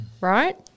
right